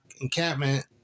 encampment